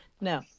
No